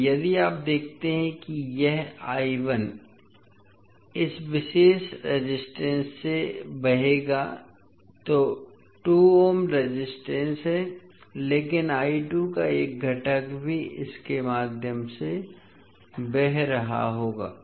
तो यदि आप देखते हैं कि यह इस विशेष रेजिस्टेंस में बहेगा जो 2 ओम रेजिस्टेंस है लेकिन का एक घटक भी इसके माध्यम से बह रहा होगा